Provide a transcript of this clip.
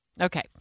Okay